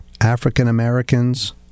African-Americans